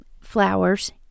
flowers